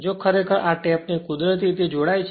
જો ખરેખર આ ટેપ્ડ ને કુદરતી રીતે જોડાય છે